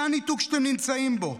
זה הניתוק שאתם נמצאים בו.